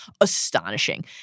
astonishing